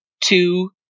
Two